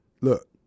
Look